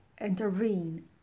intervene